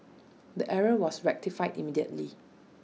the error was rectified immediately